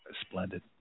Splendid